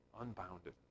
unbounded